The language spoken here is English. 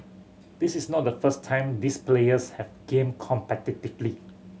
this is not the first time these players have gamed competitively